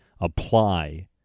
apply